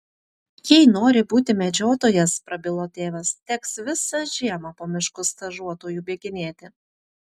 jei nori būti medžiotojas prabilo tėvas teks visą žiemą po miškus stažuotoju bėginėti